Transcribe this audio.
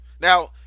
Now